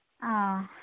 ᱚᱻ